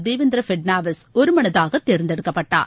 தேவேந்திர பட்னாவிஸ் ஒருமனதாக தேர்ந்தெடுக்கப்பட்டார்